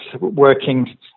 working